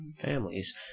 families